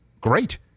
Great